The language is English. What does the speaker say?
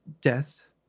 death